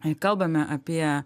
ir kalbame apie